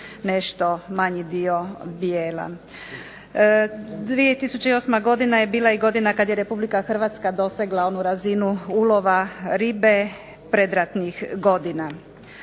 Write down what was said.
nešto manji dio bijela. 2008. godina je bila i godina kada je RH dosegla onu razinu ulova ribe predratnih godina.